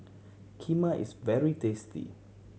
kheema is very tasty